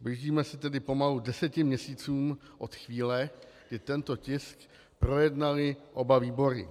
Blížíme se tedy pomalu deseti měsícům od chvíle, kdy tento tisk projednaly oba výbory